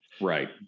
right